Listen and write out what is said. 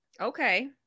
Okay